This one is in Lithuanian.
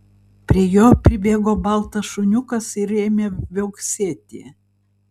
prie jo pribėgo baltas šuniukas ir ėmė viauksėti